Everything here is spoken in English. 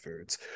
foods